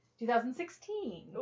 2016